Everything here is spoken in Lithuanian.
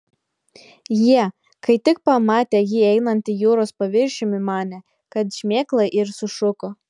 jie kai tik pamatė jį einantį jūros paviršiumi manė kad šmėkla ir sušuko